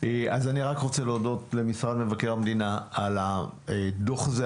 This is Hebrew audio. אני רק רוצה להודות למשרד מבקר המדינה על הדוח הזה,